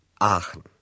Aachen